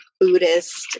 Buddhist